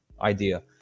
idea